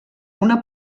una